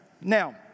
Now